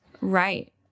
Right